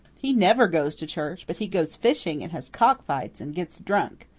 he never goes to church, but he goes fishing, and has cock-fights, and gets drunk.